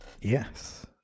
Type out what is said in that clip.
Yes